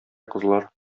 кызлар